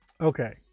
okay